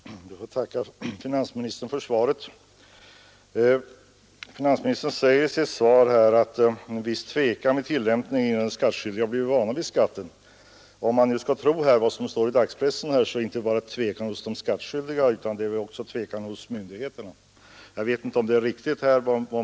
Herr talman! Jag ber att få tacka finansministern för svaret. Finansministern säger där att det blir ”viss tvekan vid tillämpningen innan de skattskyldiga blivit vana vid skatten”. Om man nu skall tro vad som står i dagspressen finns denna tvekan inte bara hos de skattskyldiga utan också hos myndigheterna.